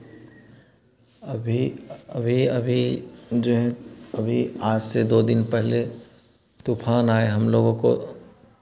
अभी अभी अभी जो है अभी आज से दो दिन पहले तूफ़ान आए हम लोगो को